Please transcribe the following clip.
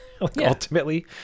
ultimately